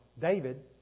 David